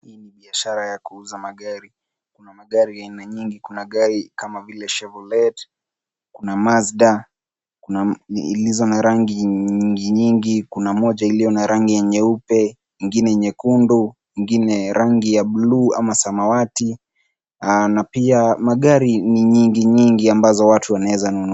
Hii ni biashara ya kuuza magari, kuna magari aina nyingi, kuna gari kama vile Chevrolet, kuna Mazda, zilizo na rangi nyingi nyingi, kuna moja iliyo na rangi ya nyeupe, ingine nyekundu, ingine rangi ya blue ama samawati, na pia magari ni nyingi nyingi ambazo watu wanaweza nunua.